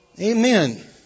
Amen